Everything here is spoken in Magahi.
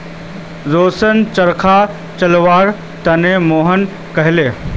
रोशन चरखा चलव्वार त न मोहनक कहले